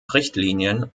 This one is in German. richtlinien